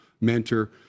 mentor